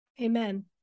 Amen